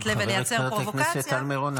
לב ולייצר פרובוקציה --- חברת הכנסת טל מירון,